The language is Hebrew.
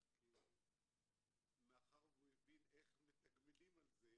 אבל מאחר שהוא הבין איך מתגמלים על זה,